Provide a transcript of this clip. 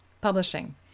Publishing